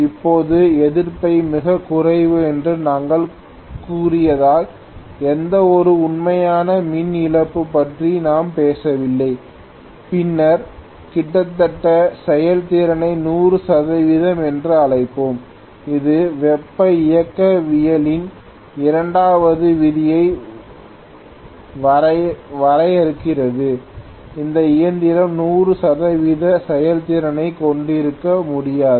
இப்போது எதிர்ப்பை மிகக் குறைவு என்று நாங்கள் கூறியதால் எந்தவொரு உண்மையான மின் இழப்பு பற்றி நாம் பேசவில்லை பின்னர் கிட்டத்தட்ட செயல்திறனை 100 சதவிகிதம் என்று அழைப்போம் இது வெப்ப இயக்கவியலின் இரண்டாவது விதியை வரையறுக்கிறது எந்த இயந்திரமும் 100 சதவிகித செயல்திறனைக் கொண்டிருக்க முடியாது